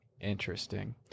Interesting